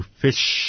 fish